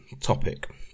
topic